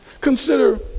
Consider